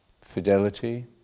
fidelity